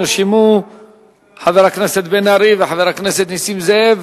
נרשמו חבר הכנסת בן-ארי וחבר הכנסת נסים זאב.